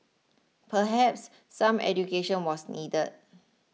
perhaps some education was needed